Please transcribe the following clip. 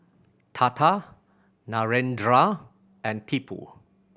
Tata Narendra and Tipu